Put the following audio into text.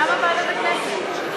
למה ועדת, הכנסת?